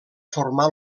formar